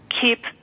keep